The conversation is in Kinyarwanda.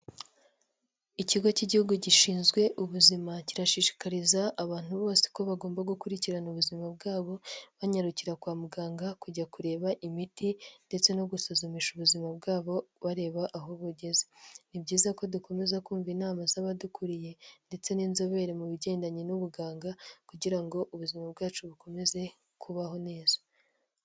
Ikigo cy'igihugu gishinzwe ubuzima kirashishikariza abantu bose ko bagomba gukurikirana ubuzima bwabo banyarukira kwa muganga kujya kureba imiti, ndetse no gusuzumisha ubuzima bwabo bareba aho bugeze, ni byiza ko dukomeza kumva inama z'abadukuriye ndetse n'inzobere mu bigendanye n'ubuganga, kugira ngo ubuzima bwacu bukomeze kubaho neza.